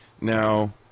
Now